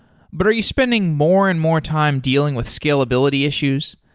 but are you spending more and more time dealing with scalability issues?